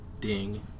Ding